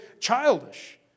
childish